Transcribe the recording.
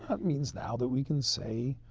it means now that we can say